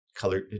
color